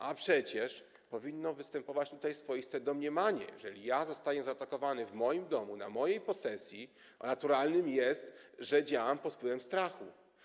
A przecież powinno występować tutaj swoiste domniemanie: Jeżeli zostaję zaatakowany w moim domu, na mojej posesji, to naturalne jest, że działam pod wpływem strachu.